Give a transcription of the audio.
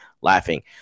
laughing